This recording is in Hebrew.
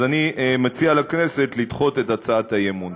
אז אני מציע לכנסת לדחות את הצעת האי-אמון.